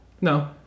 No